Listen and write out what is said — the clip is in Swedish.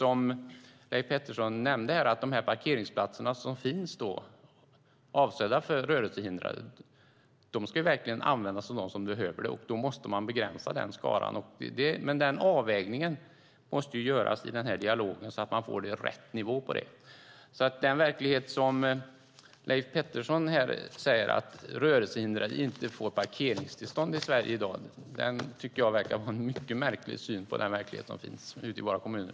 Som Leif Pettersson nämnde: De parkeringsplatser som är avsedda för rörelsehindrade ska verkligen användas av dem som behöver de platserna. Då måste man begränsa den skaran. Den avvägningen måste göras i den här dialogen, så att man får rätt nivå på det. Leif Pettersson säger att rörelsehindrade inte får parkeringstillstånd i Sverige i dag. Det tycker jag verkar vara en mycket märklig syn på den verklighet som finns ute i våra kommuner.